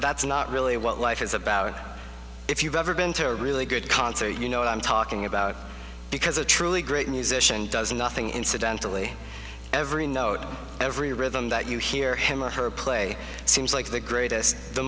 that's not really what life is about if you've ever been to a really good concert you know what i'm talking about because a truly great musician does nothing incidentally every note every rhythm that you hear him or her play seems like the greatest the